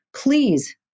Please